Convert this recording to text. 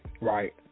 Right